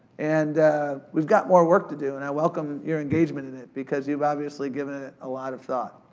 and we've got more work to do. and i welcome your engagement in it. because you've obviously given it a lot of thought.